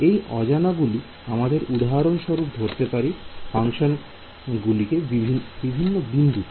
এই অজানা গুলি আমরা উদাহরণস্বরূপ ধরতে পারি ফাংশন গুলিকে বিভিন্ন বিন্দুতে